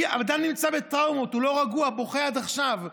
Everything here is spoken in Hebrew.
הוא נמצא בטראומות, הוא לא רגוע, בוכה עד עכשיו.